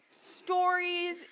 stories